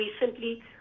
recently